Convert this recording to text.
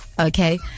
okay